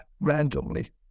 randomly